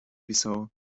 bissau